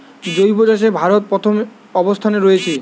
জৈব চাষে ভারত প্রথম অবস্থানে রয়েছে